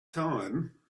time